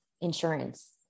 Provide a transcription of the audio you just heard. insurance